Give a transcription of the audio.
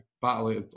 battle